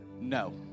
no